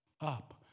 up